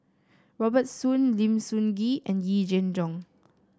Robert Soon Lim Sun Gee and Yee Jenn Jong